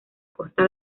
costa